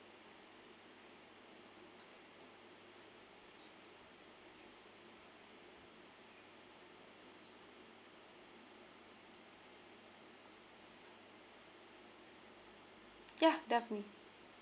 yeah definitely